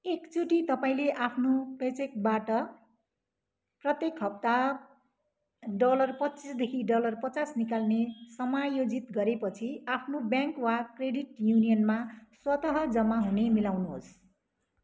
एकचोटि तपाईँले आफ्नो पेचेकबाट प्रत्येक हप्ता डलर पच्चिसदेखि डलर पचास निकाल्ने समायोजित गरेपछि आफ्नो ब्याङ्क वा क्रेडिट युनियनमा स्वत जमा हुने मिलाउनुहोस्